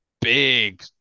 big